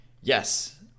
Yes